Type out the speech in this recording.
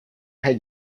had